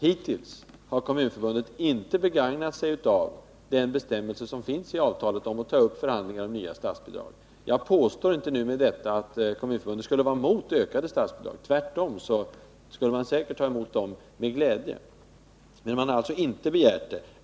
Hittills har då Kommunförbundet inte begagnat sig av den bestämmelse som finns i avtalet om att ta upp förhandlingar om nya statsbidrag. Jag påstår inte med detta att Kommunförbundet skulle vara mot ökade statsbidrag. Tvärtom — man skulle säkert ta emot dem med glädje. Men man har alltså inte begärt det.